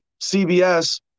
CBS